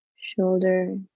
shoulder